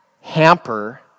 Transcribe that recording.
hamper